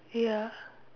ya